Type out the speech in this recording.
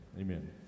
amen